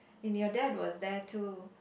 and your dad was there too